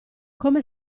come